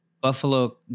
Buffalo